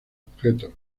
objetos